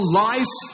life